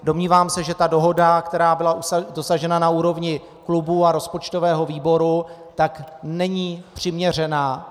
Domnívám se, že dohoda, která byla dosažena na úrovni klubů a rozpočtového výboru, není přiměřená.